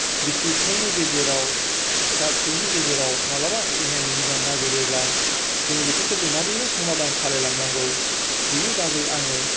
बिसि फिसायनि गेजेराव फिसा फिसौनि गेजेराव मालाबा एना एनि जानो नागिरोब्ला जोङो बेफोरखौ जों माबोरैहाय समाधान खालामलांनांगौ बेनि बागै आङो